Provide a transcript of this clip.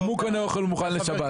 גם הוא קנה אוכל מוכן לשבת.